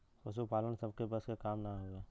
पसुपालन सबके बस क काम ना हउवे